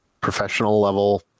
professional-level